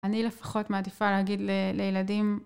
אני לפחות מעדיפה להגיד לילדים